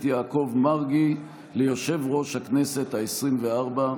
יעקב מרגי ליושב-ראש הכנסת העשרים-וארבע.